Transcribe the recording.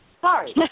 Sorry